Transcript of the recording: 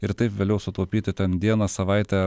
ir taip vėliau sutaupyti ten dieną savaitę